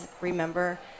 remember